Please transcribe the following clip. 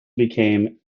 became